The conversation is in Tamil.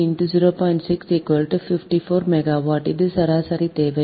6 54 மெகாவாட் இது சராசரி தேவை